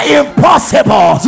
impossible